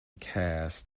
cast